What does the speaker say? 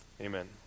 Amen